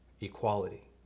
equality